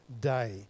day